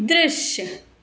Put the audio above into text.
दृश्य